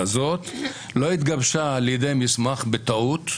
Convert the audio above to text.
לא התגבש על ידיהם מסמך בטעות.